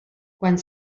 quan